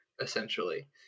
essentially